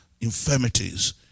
infirmities